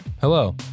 Hello